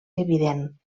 evident